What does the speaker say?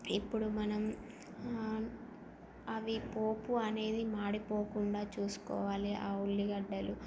ఇప్పుడు మనం అవి పోపు అనేది మాడిపోకుండా చూసుకోవాలి ఆ ఉల్లిగడ్డలు